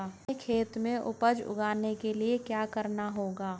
हमें खेत में उपज उगाने के लिये क्या करना होगा?